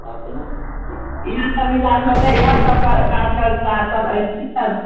आब केना होतै इहए सब इलाज होतै इहए सबके काज कर्ता सब आयल छियै आब